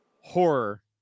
horror